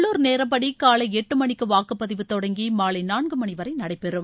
உள்ளுர் நேரப்படி காலை எட்டு மணிக்கு வாக்குப்பதிவு தொடங்கி மாலை நான்கு மணி வரை நடைபெறும்